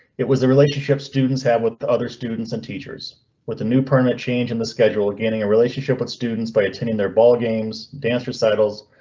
it was the relationship students have with the other students and teachers with the new permanent change in the schedule. again, in a relationship with students by attending their ball games. dance recitals.